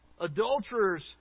adulterers